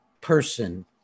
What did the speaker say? person